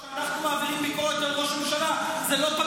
אבל כשאנחנו מעבירים ביקורת על ראש הממשלה זה לא פטריוטי.